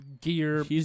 Gear